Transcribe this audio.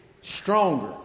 stronger